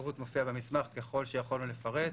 הפירוט מופיע במסמך ככל שיכולנו לפרט.